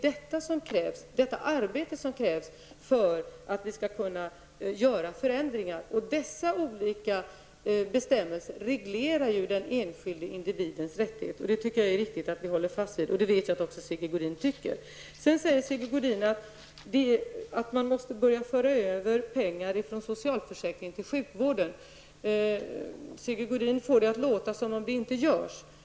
Detta arbete krävs för att vi skall kunna genomföra förändringar. Dessa olika bestämmelser reglerar den enskilde individens rättighet, och det tycker jag är viktigt att vi håller fast vid. Det vet jag att också Sigge Godin tycker. Sedan säger Sigge Godin att man måste börja föra över pengar från socialförsäkringen till sjukvården. Sigge Godin får det att låta som om så inte sker.